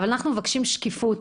אנחנו מבקשים שקיפות,